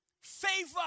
Favor